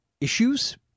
issues